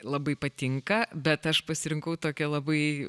labai patinka bet aš pasirinkau tokią labai